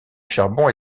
charbon